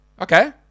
Okay